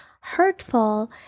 hurtful